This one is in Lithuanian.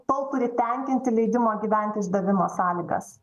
tol turi tenkinti leidimo gyvent išdavimo sąlygas